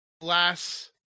glass